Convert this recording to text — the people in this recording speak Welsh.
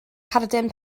cerdyn